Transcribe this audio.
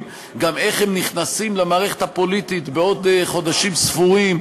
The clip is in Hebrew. גם איך הם נכנסים למערכת הפוליטית בעוד חודשים ספורים,